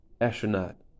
astronaut